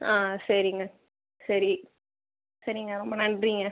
ஆ சரிங்க சரி சரிங்க ரொம்ப நன்றிங்க